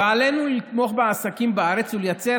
ועלינו לתמוך בעסקים בארץ ולייצר